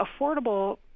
affordable